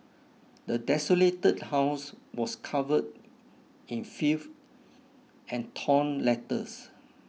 the desolated house was covered in filth and torn letters